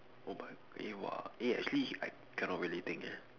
oh but eh !wah! eh actually I cannot really think eh